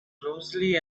clumsily